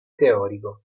teorico